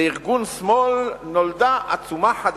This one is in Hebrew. לארגון שמאל נולדה עצומה חדשה.